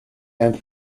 and